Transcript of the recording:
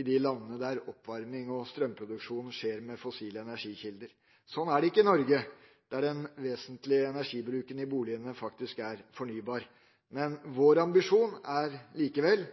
der oppvarming og strømproduksjon skjer med fossile energikilder, er å redusere bruken av energi i bygg. Sånn er det ikke i Norge, der den vesentligste energibruken i boligene er fornybar, men vår ambisjon er likevel